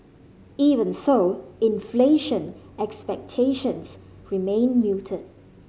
even so inflation expectations remain muted